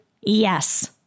Yes